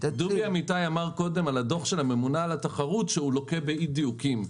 אמיתי אמר קודם על הדוח של הממונה על התחרות שהוא לוקה באי-דיוקים.